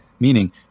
Meaning